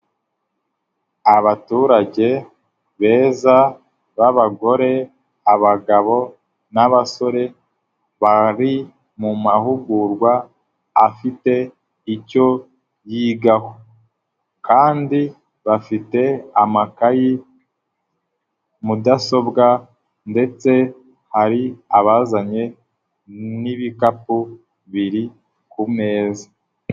Abaturage beza b'abagore, abagabo n'abasore bari mu mahugurwa afite icyo yigaho kandi bafite amakayi, mudasobwa ndetse hari abazanye n'ibikapu biri ku meza.